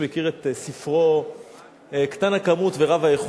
מי שמכיר את ספרו קטן-הכמות ורב-האיכות